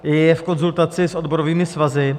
Je v konzultaci s odborovými svazy.